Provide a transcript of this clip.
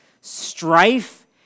strife